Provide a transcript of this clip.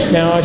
Now